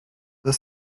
the